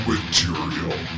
Material